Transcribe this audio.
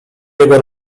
jego